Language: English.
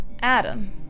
Adam